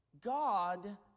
God